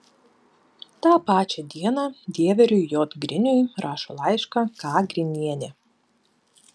tą pačią dieną dieveriui j griniui rašo laišką k grinienė